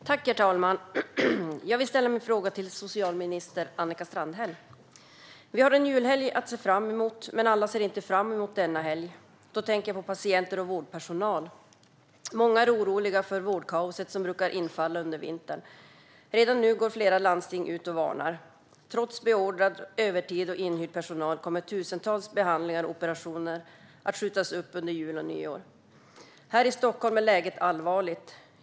Herr talman! Jag vill ställa min fråga till socialminister Annika Strandhäll. Vi har en julhelg att se fram emot, men alla ser inte fram emot denna helg. Jag tänker på patienter och vårdpersonal. Många är oroliga för det vårdkaos som brukar infalla under vintern. Redan nu går flera landsting ut och varnar. Trots beordrad övertid och inhyrd personal kommer tusentals behandlingar och operationer att skjutas upp under jul och nyår. I Stockholm är läget allvarligt.